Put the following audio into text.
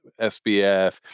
SBF